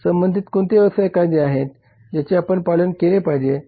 संबंधित कोणते व्यवसाय कायदे आहेत ज्याचे आपण पालन केले पाहिजे